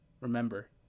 Remember